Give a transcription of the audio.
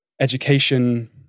education